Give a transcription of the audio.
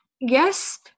Yes